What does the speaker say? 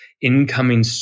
incoming